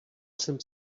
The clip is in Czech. jsem